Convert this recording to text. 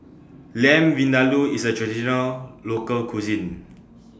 Lamb Vindaloo IS A Traditional Local Cuisine